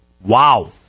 Wow